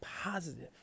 positive